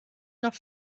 noch